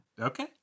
Okay